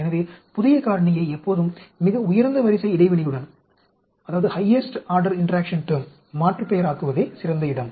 எனவே புதிய காரணியை எப்போதும் மிக உயர்ந்த வரிசை இடைவினையுடன் மாற்றுப்பெயராக்குவதே சிறந்த இடம்